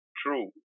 true